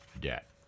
debt